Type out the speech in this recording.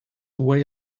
way